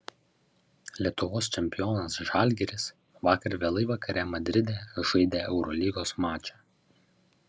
lietuvos čempionas žalgiris vakar vėlai vakare madride žaidė eurolygos mačą